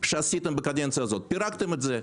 שאתם עשיתם בקדנציה הזאת הוא שפירקתם את זה.